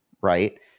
right